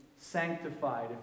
sanctified